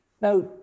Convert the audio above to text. Now